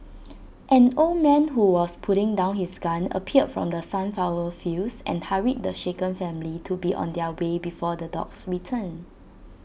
an old man who was putting down his gun appeared from the sunflower fields and hurried the shaken family to be on their way before the dogs return